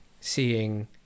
seeing